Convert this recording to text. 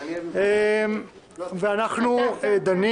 אנחנו דנים